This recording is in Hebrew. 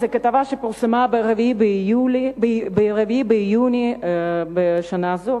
זו כתבה שפורסמה ב-4 ביוני שנה זו,